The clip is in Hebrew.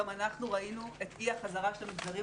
גם אנחנו ראינו את אי החזרה של המגזרים